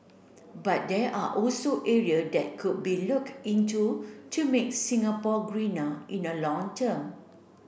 but there are also area that could be look into to make Singapore greener in the long term